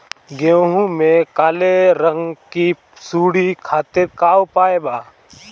गेहूँ में काले रंग की सूड़ी खातिर का उपाय बा?